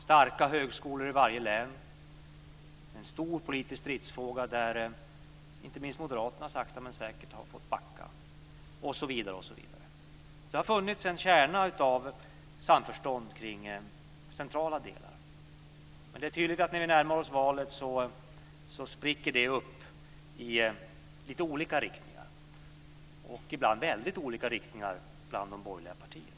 Starka högskolor i varje län var en stor politisk stridsfråga där inte minst moderaterna sakta men säkert har fått backa. Sedan har det funnits en kärna av samförstånd i centrala delar. Men det är tydligt att när vi nu närmar oss valet spricker det upp i lite olika riktningar bland de borgerliga partierna, ibland i väldigt olika riktningar.